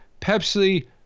Pepsi